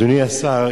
אדוני השר,